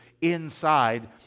inside